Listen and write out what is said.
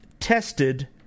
tested